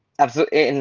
absolutely.